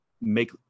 make